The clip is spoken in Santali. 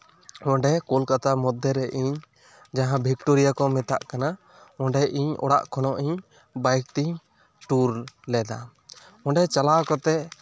ᱚᱸᱰᱮ ᱠᱳᱞᱠᱟᱛᱟ ᱢᱚᱫᱽᱫᱷᱮᱨᱮ ᱤᱧ ᱡᱟᱦᱟᱸ ᱵᱷᱤᱠᱴᱳᱨᱤᱭᱟ ᱠᱚ ᱢᱮᱛᱟᱜ ᱠᱟᱱᱟ ᱚᱸᱰᱮ ᱤᱧ ᱚᱲᱟᱜ ᱠᱷᱚᱱ ᱤᱧ ᱵᱟᱭᱤᱠ ᱛᱤᱧ ᱴᱩᱨ ᱞᱮᱫᱟ ᱚᱸᱰᱮ ᱪᱟᱞᱟᱣ ᱠᱟᱛᱮᱜ